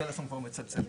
זה חירום.